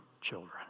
children